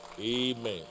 Amen